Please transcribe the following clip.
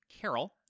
carol